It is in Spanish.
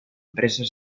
empresas